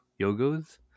Yogo's